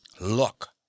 look